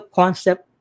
concept